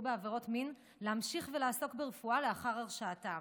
בעבירות מין להמשיך ולעסוק ברפואה לאחר הרשעתם,